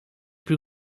plus